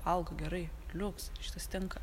valgo gerai liuks šitas tinka